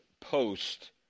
Post